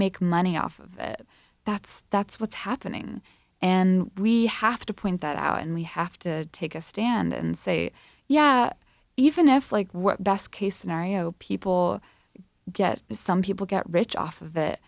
make money off of it that's that's what's happening and we have to point that out and we have to take a stand and say yeah even if like what best case scenario people get some people get rich off of